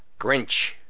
Grinch